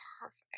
perfect